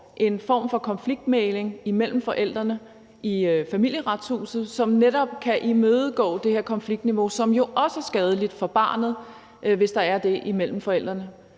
en form for konfliktmægling imellem forældrene i Familieretshuset, som netop kan imødegå det her stigende konfliktniveau. Det er jo også skadeligt for barnet, hvis der er konflikt mellem forældrene.